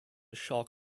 shark